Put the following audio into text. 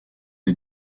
est